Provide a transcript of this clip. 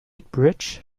bridge